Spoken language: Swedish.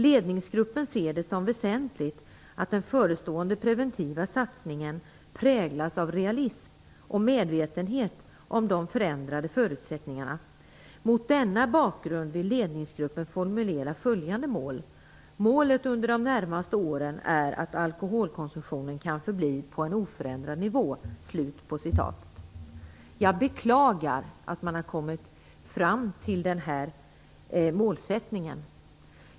Ledningsgruppen ser det som väsentligt att den förestående preventiva satsningen präglas av realism och medvetenhet om de förändrade förutsättningarna. Mot denna bakgrund vill ledningsgruppen formulera följande mål. Målet under de närmaste åren är att alkoholkonsumtionen kan förbli på en oförändrad nivå. Jag beklagar att man har kommit fram till den målsättningen.